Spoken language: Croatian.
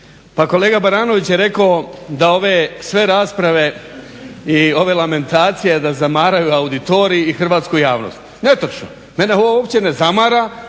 Pa kolega Baranović je rekao da ove sve rasprave i ove lamentacije da zamaraju auditorij i hrvatsku javnost. Netočno. Mene ovo uopće ne zamara.